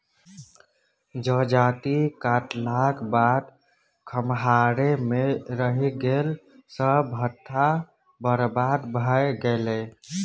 जजाति काटलाक बाद खम्हारे मे रहि गेल सभटा बरबाद भए गेलै